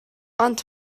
ond